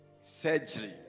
surgery